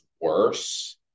worse